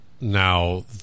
Now